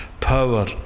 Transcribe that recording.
power